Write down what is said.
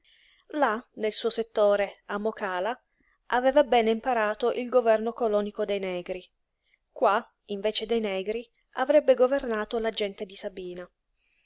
là nel suo settore a mokàla aveva bene imparato il governo colònico dei negri qua invece dei negri avrebbe governato la gente di sabina